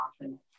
often